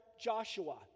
Joshua